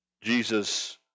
Jesus